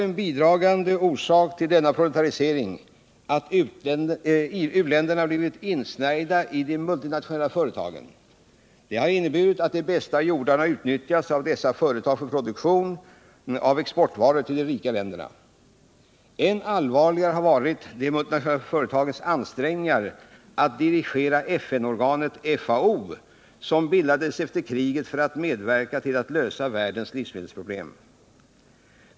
En bidragande orsak till denna proletarisering är ofta att u-länderna har blivit insnärjda i de multinationella företagen. Det har inneburit att de bästa jordarna utnyttjats av dessa företag för produktion av exportvaror till de rika länderna. Än allvarligare har varit de multinationella företagens ansträngningar att dirigera FN-organet FAO, som bildades efter kriget för att medverka till att lösa världens livsmedelsproblem.